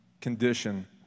condition